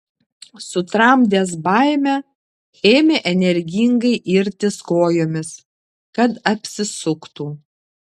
sutramdęs baimę ėmė energingai irtis kojomis kad apsisuktų